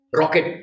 rocket